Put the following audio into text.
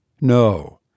No